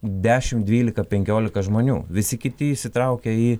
dešim dvylika penkiolika žmonių visi kiti įsitraukia į